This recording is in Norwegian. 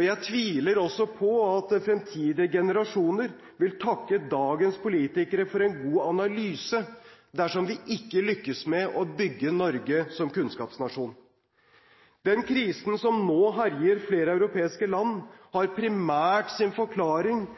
Jeg tviler også på at fremtidige generasjoner vil takke dagens politikere for en god analyse dersom de ikke lykkes med å bygge Norge som kunnskapsnasjon. Den krisen som nå herjer flere europeiske land, har